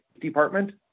department